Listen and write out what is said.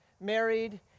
married